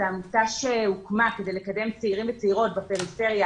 זו עמותה שהוקמה כדי לקדם צעירים וצעירות בפריפריה